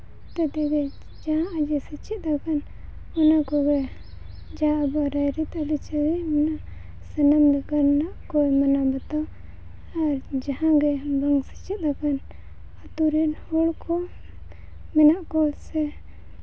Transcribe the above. ᱟᱡ ᱮ ᱥᱮᱪᱮᱫ ᱟᱠᱟᱱ ᱚᱱᱟ ᱠᱚᱜᱮ ᱡᱟᱦᱟᱸ ᱟᱵᱚ ᱨᱟᱭᱼᱨᱤᱛ ᱟᱹᱨᱤᱪᱟᱹᱞᱤ ᱢᱮᱱᱟᱜᱼᱟ ᱥᱟᱱᱟᱢ ᱞᱮᱠᱟᱱᱟᱜ ᱠᱚ ᱢᱟᱱᱟᱣ ᱵᱟᱛᱟᱣ ᱟᱨ ᱡᱟᱦᱟᱸᱜᱮ ᱵᱟᱝ ᱥᱮᱪᱮᱫ ᱟᱠᱟᱱ ᱟᱹᱛᱩ ᱨᱮᱱ ᱦᱚᱲ ᱠᱚ ᱢᱮᱱᱟᱜ ᱠᱚᱣᱟ ᱥᱮ